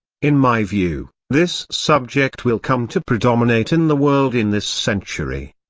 in my view, this subject will come to predominate in the world in this century.